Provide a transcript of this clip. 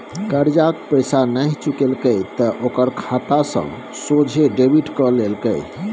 करजाक पैसा नहि चुकेलके त ओकर खाता सँ सोझे डेबिट कए लेलकै